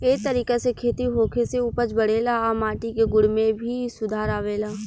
ए तरीका से खेती होखे से उपज बढ़ेला आ माटी के गुण में भी सुधार आवेला